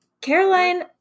Caroline